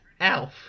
Elf